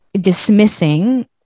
dismissing